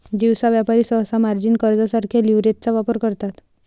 दिवसा व्यापारी सहसा मार्जिन कर्जासारख्या लीव्हरेजचा वापर करतात